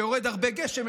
שיורד הרבה גשם,